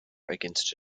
against